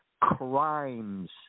Crimes